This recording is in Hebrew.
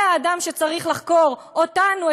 זה האדם שצריך לחקור אותנו,